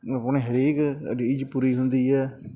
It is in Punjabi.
ਆਪਣੀ ਹਰੇਕ ਰੀਝ ਪੂਰੀ ਹੁੰਦੀ ਹੈ